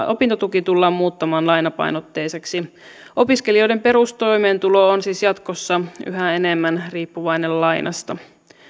opintotuki tullaan muuttamaan lainapainotteiseksi opiskelijoiden perustoimeentulo on siis jatkossa yhä enemmän riippuvainen lainasta